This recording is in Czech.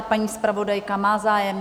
Paní zpravodajka má zájem?